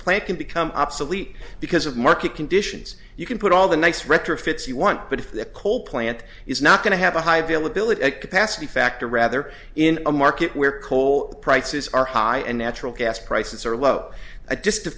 plant can become obsolete because of market conditions you can put all the nice retrofits you want but if the coal plant is not going to have a high availability to past the factor rather in a market where coal prices are high and natural gas prices are low a disk to